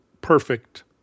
perfect